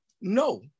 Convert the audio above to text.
no